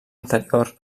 anterior